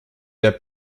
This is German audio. der